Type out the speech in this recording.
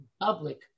public